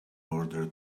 order